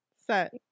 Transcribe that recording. Set